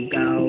go